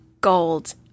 gold